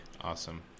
Awesome